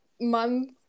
month